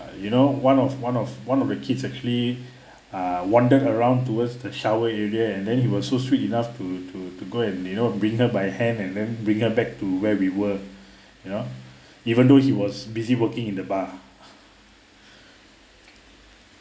you know one of one of one of the kids actually ah wandered around towards the shower area and then he was so sweet enough to to to go and you know bring her by hand and then bring her back to where we were you know even though he was busy working in the bar